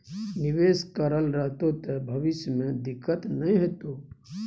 निवेश करल रहतौ त भविष्य मे दिक्कत नहि हेतौ